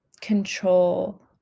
control